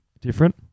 different